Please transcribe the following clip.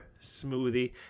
smoothie